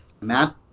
Matt